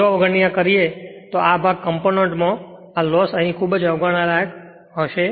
જો આ અવગણના કરીયે તો આ ભાગ આ કમ્પોનન્ટ માં આ લોસ અહીં ખૂબ જ અવગણવા લાયક હશે